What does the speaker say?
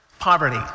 poverty